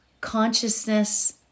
consciousness